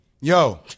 Yo